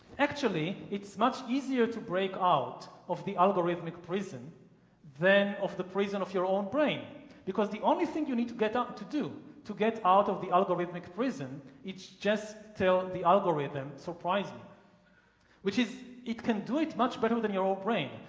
actually, it's much easier to break out of the algorithmic prison than of the prison of your own brain because the only thing you need to get up to do to get out of the algorithmic prison is just tell the algorithm, surprise me which is it can do it much better than your old brain.